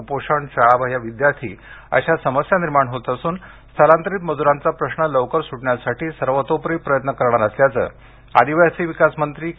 या स्थलांतरामुळे कुपोषण शाळाबाह्य विद्यार्थी अशा समस्या निर्माण होत असून स्थलांतरित मजुरांचा प्रश्न लवकर सूटण्यासाठी सर्वतोपरी प्रयत्न करणार असल्याचं आदिवासी विकास मंत्री के